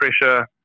pressure